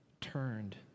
turned